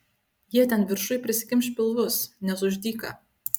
jie ten viršuj prisikimš pilvus nes už dyka